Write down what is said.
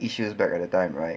issues back at the time right